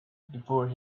before